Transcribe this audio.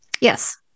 Yes